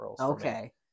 okay